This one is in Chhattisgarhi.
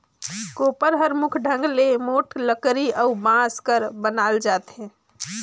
कोपर हर मुख ढंग ले मोट लकरी अउ बांस कर बनाल जाथे